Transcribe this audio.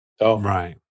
Right